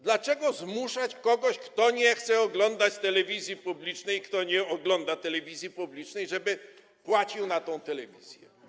Dlaczego mamy zmuszać kogoś, kto nie chce oglądać telewizji publicznej i nie ogląda telewizji publicznej, do tego, żeby płacił na tę telewizję?